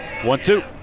One-two